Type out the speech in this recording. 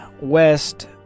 west